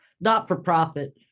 not-for-profit